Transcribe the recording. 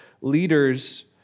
leaders